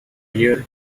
year